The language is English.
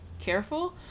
careful